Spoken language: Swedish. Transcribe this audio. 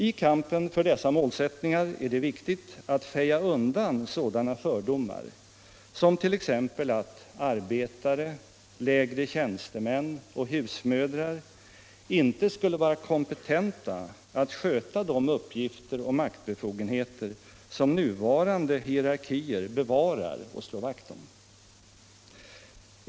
I kampen för dessa målsättningar är det viktigt att feja undan sådana fördomar som t.ex. att arbetare, lägre tjänstemän och husmödrar inte skulle vara kompetenta att sköta de uppgifter och maktbefogenheter som nuvarande hierarkier bevarar och slår vakt om.